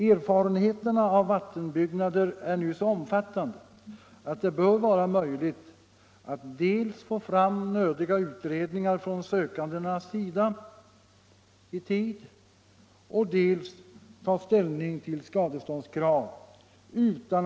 Erfarenheterna av vattenbyggnader är nu så omfattande att det bör vara möjligt dels att i tid få fram nödvändiga utredningar från sökandena, dels att utan långa väntetider ta ställning till skadeståndskraven.